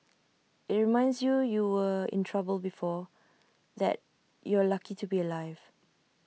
IT reminds you you were in trouble before that you're lucky to be alive